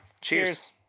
cheers